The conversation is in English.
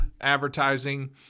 advertising